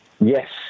Yes